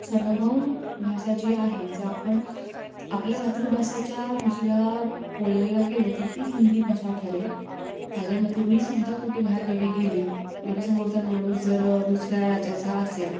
सर्वभौम भाषा जी आहे जर आपण आपल्या मातृभाषाच्या दुसऱ्या बोलायला गेलो तर ती हिंदी भाषा ठरेल माझ्या मते मी सुद्धा कुठे बाहेरगावी गेली मला समोरचा माणूस जर दुसऱ्या राज्याचा असेल